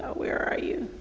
ah where are you?